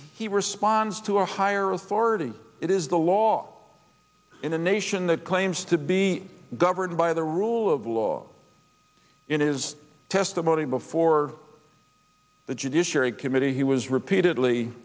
he responds to a higher authority it is the law in a nation that claims to be governed by the rule of law in his testimony before the judiciary committee he was repeatedly